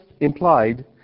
implied